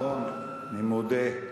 אני מודה,